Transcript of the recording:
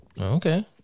Okay